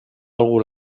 algú